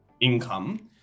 income